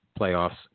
playoffs